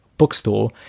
Bookstore